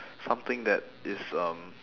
something that is um